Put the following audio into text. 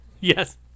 Yes